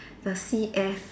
the C_F